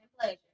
pleasure